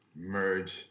merge